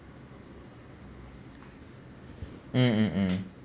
mm mm mm